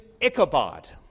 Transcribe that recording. Ichabod